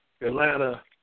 Atlanta